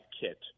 kit